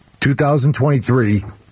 2023